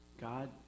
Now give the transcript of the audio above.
God